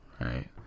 Right